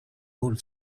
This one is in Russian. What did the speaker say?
роль